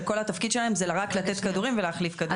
כשכל התפקיד שלהם זה רק לתת כדורים ולהחליף כדורים.